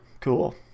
Cool